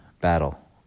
battle